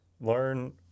Learn